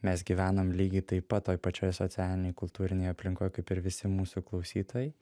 mes gyvenam lygiai taip pat toj pačioj socialinėj kultūrinėj aplinkoj kaip ir visi mūsų klausytojai